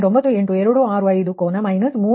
98265 ಕೋನ ಮೈನಸ್ 3